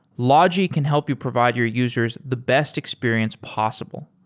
logi can help you provide your users the best experience possible.